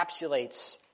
encapsulates